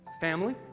Family